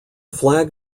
flag